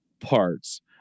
parts